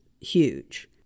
huge